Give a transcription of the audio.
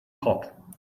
hot